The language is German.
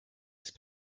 ist